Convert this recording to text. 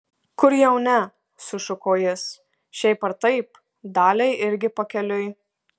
kur jau ne sušuko jis šiaip ar taip daliai irgi pakeliui